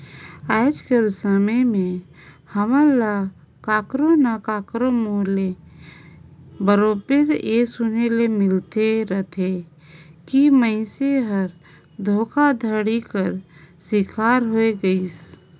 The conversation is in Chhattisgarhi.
आएज कर समे में हमन ल काकरो ना काकरो मुंह ले बरोबेर ए सुने ले मिलते रहथे कि मइनसे हर धोखाघड़ी कर सिकार होए गइस